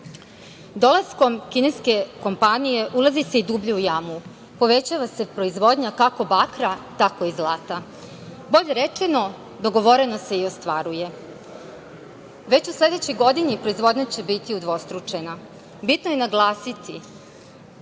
Rakić. Dolaskom kineske kompanije ulazi se i dublje u jamu, povećava se proizvodnja kako bakra, tako i zlata. Bolje rečeno, dogovoreno se i ostvaruje. Već u sledećoj godini proizvodnja će biti udvostručena. Bitno je naglasiti